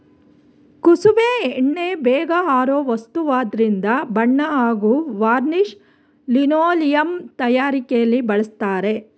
ಕುಸುಬೆ ಎಣ್ಣೆ ಬೇಗ ಆರೋ ವಸ್ತುವಾದ್ರಿಂದ ಬಣ್ಣ ಹಾಗೂ ವಾರ್ನಿಷ್ ಲಿನೋಲಿಯಂ ತಯಾರಿಕೆಲಿ ಬಳಸ್ತರೆ